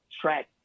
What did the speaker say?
track